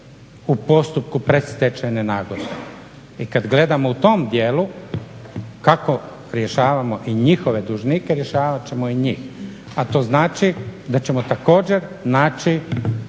u postupku predstečajne nagodbe. I kad gledamo u tom dijelu kako rješavamo i njihove dužnike rješavat ćemo i njih. A to znači da ćemo također naći